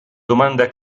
domanda